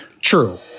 True